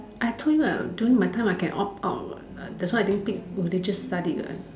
I told you during my time I can opt out what that's why I didn't pick literature study what